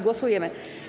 Głosujemy.